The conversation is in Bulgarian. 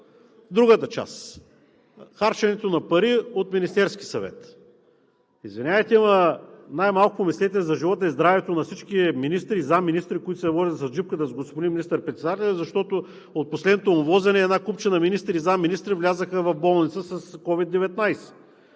Другата част – харченето на пари от Министерския съвет. Извинявайте, но най-малко мислете за живота и здравето на всички министри и заместник-министри, които се возят с джипката с господин министър-председателя, защото от последното му возене една купчина министри и заместник-министри влязоха в болница с COVID-19.